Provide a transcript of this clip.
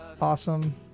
awesome